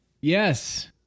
Yes